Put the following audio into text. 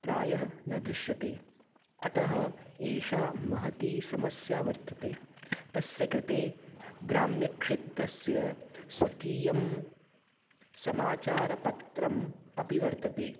प्रायः न दृश्यते अतः एषा महती समस्या वर्तते तस्य कृते ग्राम्यक्षेत्रस्य स्वकीयं समाचारपत्रम् अपि वर्तते